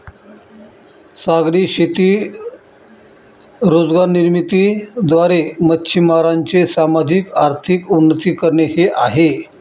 सागरी शेती रोजगार निर्मिती द्वारे, मच्छीमारांचे सामाजिक, आर्थिक उन्नती करणे हे आहे